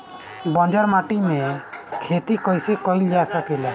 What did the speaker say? बंजर माटी में खेती कईसे कईल जा सकेला?